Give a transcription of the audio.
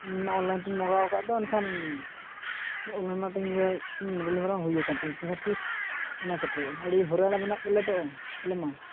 ᱤᱧ ᱢᱟ ᱚᱱᱞᱟᱭᱤᱱ ᱛᱤᱧ ᱢᱟᱜᱟᱣ ᱟᱠᱟᱫ ᱫᱚ ᱮᱱᱠᱷᱟᱱ ᱚᱱᱞᱟᱭᱤᱱ ᱢᱟ ᱛᱤᱧ ᱰᱮᱞᱤᱵᱷᱟᱨᱤ ᱦᱚᱸ ᱦᱩᱭ ᱟᱠᱟᱱ ᱛᱤᱧᱟᱹ ᱢᱮᱱᱠᱷᱟᱱ ᱛᱤᱥ ᱮᱱᱟ ᱥᱮᱴᱮᱨᱚᱜᱼᱟ ᱟᱹᱰᱤ ᱦᱟᱭᱨᱟᱱᱤ ᱵᱮᱱᱟᱜ ᱛᱟᱞᱮ ᱫᱚ ᱟᱞᱮ ᱢᱟ